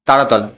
Taratala